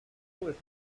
with